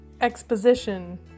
Exposition